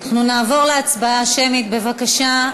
אנחנו נעבור להצבעה שמית, בבקשה.